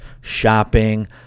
shopping